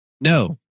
No